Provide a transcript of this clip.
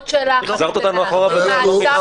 זה נושא חדש, יואב.